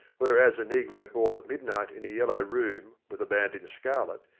whereas a negro ball at midnight in a yellow room with a band in scarlet,